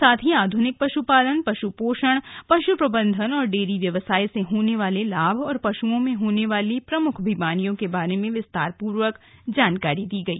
साथ ही आधुनिक पशुपालन पशुपोषण पशुप्रबंधन डेरी व्यवसाय से होने वाले लाभ और पशुओं में होने वाली प्रमुख बीमारियों के बारे में विस्तार पूर्वक जानकारी दी गई